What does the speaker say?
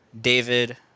David